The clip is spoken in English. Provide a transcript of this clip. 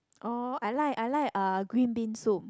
oh I like I like uh green bean soup